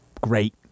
great